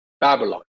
Babylon